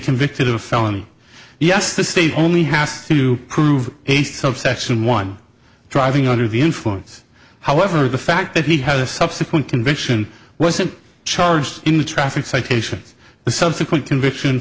convicted of a felony yes the state only has to prove a subsection one driving under the influence however the fact that he had a subsequent conviction wasn't charged in the traffic citations the subsequent conviction